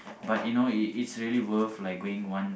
but you know it it's really worth like going one